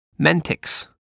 Mentix